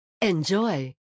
Enjoy